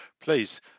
please